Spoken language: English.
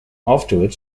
afterwards